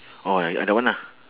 oh like ya that one lah